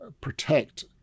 protect